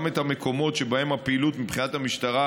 גם את המקומות שבהם הפעילות תתאפשר מבחינת המשטרה,